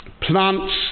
plants